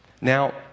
Now